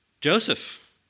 Joseph